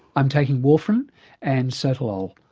i'm taking warfarin and sotalol.